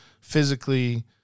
Physically